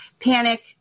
panic